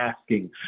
asking